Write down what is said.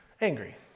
angry